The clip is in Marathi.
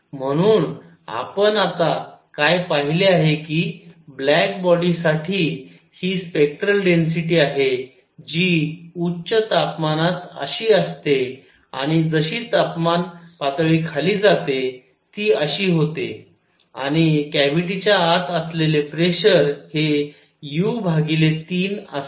म्हणून आपण आता काय पाहिले आहे की ब्लॅक बॉडीसाठी ही स्पेक्टरल डेन्सिटी आहे जी उच्च तापमानात अशी असते आणि जशी तापमान पातळी खाली जाते ती अशी होते आणि कॅव्हिटीच्या आत असलेले प्रेशर हे u 3असते